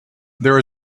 there